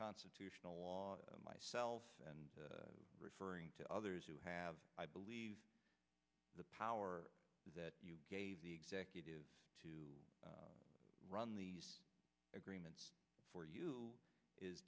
constitutional law myself and referring to others who have i believe the power that you gave the executive to run the agreements for you is